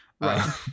Right